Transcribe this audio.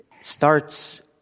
starts